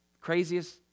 craziest